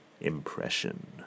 impression